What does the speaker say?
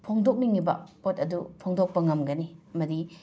ꯐꯣꯡꯗꯣꯛꯅꯤꯡꯂꯤꯕ ꯄꯣꯠ ꯑꯗꯨ ꯐꯣꯡꯗꯣꯛꯄ ꯉꯝꯒꯅꯤ ꯑꯃꯗꯤ